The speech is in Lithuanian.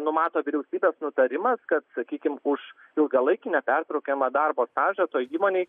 numato vyriausybės nutarimas kad sakykim už ilgalaikį nepertraukiamą darbo stažą toj įmonėj